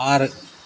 ആറ്